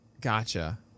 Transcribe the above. Gotcha